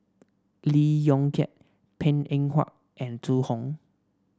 Lee Yong Kiat Png Eng Huat and Zhu Hong